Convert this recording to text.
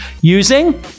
using